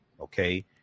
okay